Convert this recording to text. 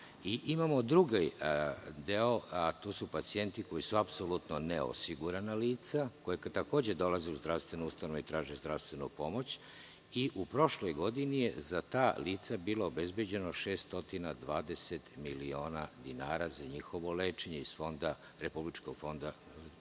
drugi deo, a tu su pacijenti koji su apsolutno neosigurana lica, koja takođe dolaze u zdravstvenu ustanovu i traže zdravstvenu pomoć i u prošloj godini je za ta lica bilo obezbeđeno 620 miliona dinara za njihovo lečenje iz Republičkog fonda